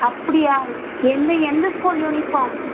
அப்படியா எந்த எந்த ஸ்கூல் யூனிஃபார்ம்